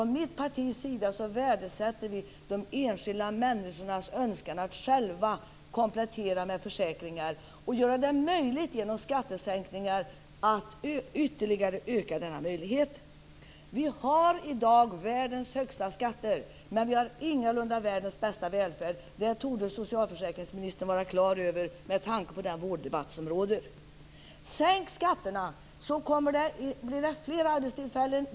I mitt parti värdesätter vi de enskilda människornas önskan att själva komplettera med försäkringar, och vi vill genom skattesänkningar ytterligare öka denna möjlighet. Vi har i dag världens högsta skatter, men vi har ingalunda världens bästa välfärd. Det torde socialförsäkringsministern vara på det klara med, med tanke på den vårddebatt som försiggår. Sänk skatterna, så blir det fler arbetstillfällen!